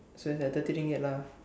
so it's like thirty Ringgit lah